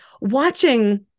watching